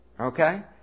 okay